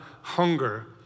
hunger